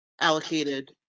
allocated